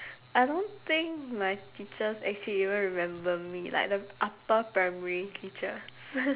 I don't think my teachers actually even remember me like the upper primary teachers